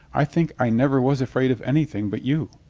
i think i never was afraid of anything but you.